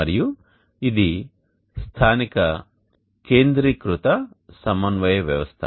మరియు ఇది స్థానిక కేంద్రీకృత సమన్వయ వ్యవస్థ